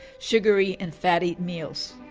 sugary and fatty meals.